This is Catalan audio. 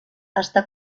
està